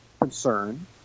concern